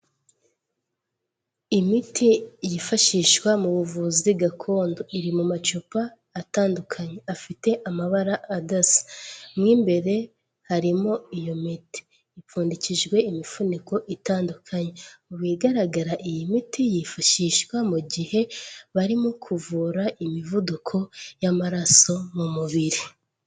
Imiti yifashishwa mu buvuzi gakondo, iri mu macupa atandukanye, afite amabara adasa, mo imbere harimo iyo miti, ipfundikijwe imifuniko itandukanye. Mu bigaragara iyi miti yifashishwa mu gihe barimo kuvura imivuduko y'amaraso mu mubiri.